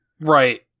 Right